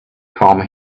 come